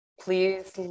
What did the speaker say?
please